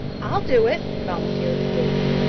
i'll do it, volunteered davy,